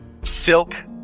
silk